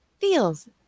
feels